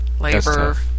labor